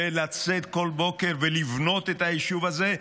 לצאת בכל בוקר ולבנות את היישוב הזה,